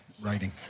writing